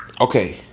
Okay